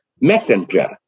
messenger